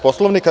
Poslovnika.